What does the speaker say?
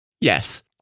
Yes